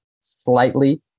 slightly